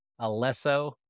alesso